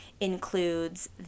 includes